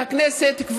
הכנסת,